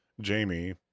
Jamie